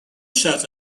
shut